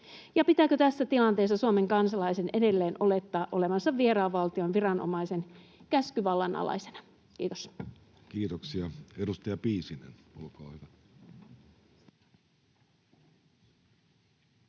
pitääkö tässä tilanteessa Suomen kansalaisen edelleen olettaa olevansa vieraan valtion viranomaisen käskyvallan alaisena? — Kiitos. Kiitoksia. — Edustaja Piisinen, olkaa hyvä.